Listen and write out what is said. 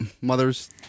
Mother's